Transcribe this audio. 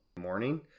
morning